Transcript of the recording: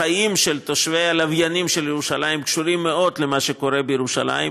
החיים של תושבי הלוויינים של ירושלים קשורים מאוד למה שקורה בירושלים,